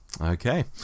Okay